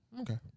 Okay